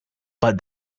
but